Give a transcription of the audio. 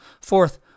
Fourth